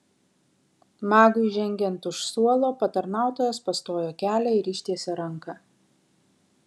magui žengiant už suolo patarnautojas pastojo kelią ir ištiesė ranką